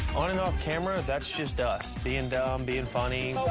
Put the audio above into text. on and off camera, that's just us being dumb, being funny,